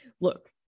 Look